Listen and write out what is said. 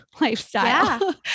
lifestyle